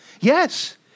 Yes